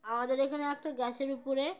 আমাদের এখানে একটা গ্যাসের উপরে